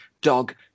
dog